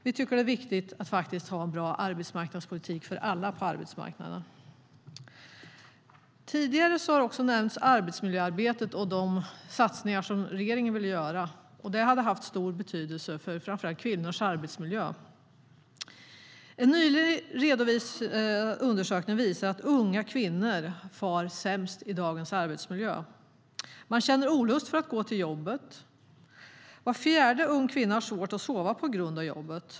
Vi tycker att det är viktigt att ha en bra arbetsmarknadspolitik för allaTidigare har arbetsmiljöarbetet och de satsningar regeringen ville göra nämnts. De hade haft stor betydelse för framför allt kvinnors arbetsmiljö. En nyligen redovisad undersökning visar att unga kvinnor far sämst i dagens arbetsmiljö. De känner olust inför att gå till jobbet, och var fjärde ung kvinna har svårt att sova på grund av jobbet.